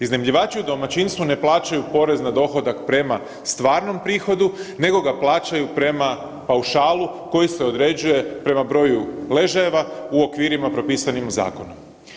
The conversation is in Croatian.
Iznajmljivači u domaćinstvu ne plaćaju porez na dohodak prema stvarnom prihodu, nego ga plaćaju prema paušalu koji se određuje prema broju ležajeva u okvirima propisanim zakonom.